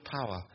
power